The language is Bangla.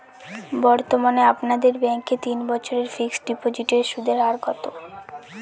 বর্তমানে আপনাদের ব্যাঙ্কে তিন বছরের ফিক্সট ডিপোজিটের সুদের হার কত?